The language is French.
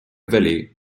vallée